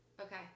Okay